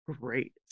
great